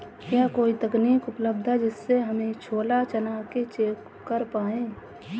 क्या कोई तकनीक उपलब्ध है जिससे हम छोला चना को चेक कर पाए?